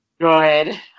Good